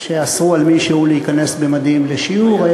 שאסרו על מישהו להיכנס במדים לשיעור,